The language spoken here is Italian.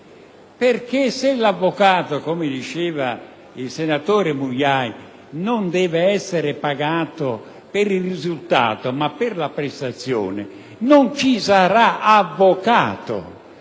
civili: se l'avvocato, come diceva il senatore Mugnai, non deve essere pagato per il risultato ma per la prestazione, non ci sarà avvocato